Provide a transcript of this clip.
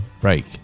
Break